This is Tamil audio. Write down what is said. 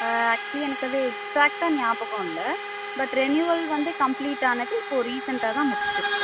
ஆ ஆக்சுவலி எனக்கு அது எக்ஸ்சேக்ட்டா நியாபகம் இல்ல பட் ரெனீவல் வந்து கம்ப்ளீட் ஆனது இப்போ ரீசெண்ட்டா தான் முடிஞ்சிருக்கு